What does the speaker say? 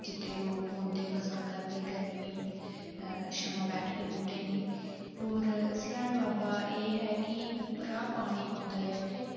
जित्थै लोक औंदे ते बसां करदे गर्मियें गी छामां बैठदे बूह्टें दी होर सियाढ़ बाबा एह् ऐ कि उप्परा पानी पौंदा ऐ उत्थै